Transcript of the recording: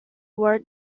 word